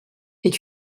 est